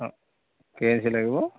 অঁ কেই ইঞ্চি লাগিব